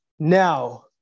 Now